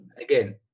Again